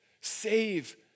Save